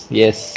yes